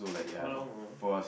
how long more